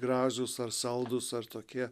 gražūs ar saldūs ar tokie